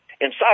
inside